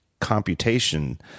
computation